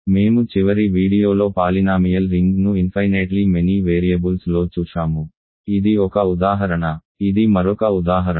మేము చివరి వీడియోలో పాలినామియల్ రింగ్ను ఇన్ఫైనేట్లీ మెనీ వేరియబుల్స్లో చూశాము ఇది ఒక ఉదాహరణ ఇది మరొక ఉదాహరణ